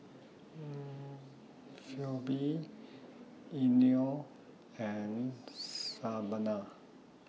Phebe Eino and Savanah